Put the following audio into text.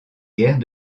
guerres